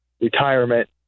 retirement